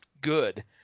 good